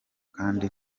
kandi